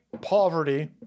poverty